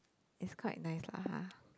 is quite nice lah !huh!